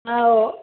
हो